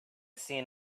seen